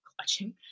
clutching